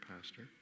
Pastor